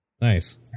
Nice